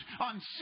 on